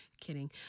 kidding